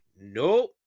no